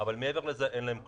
אבל מעבר לזה, אין להם כלום.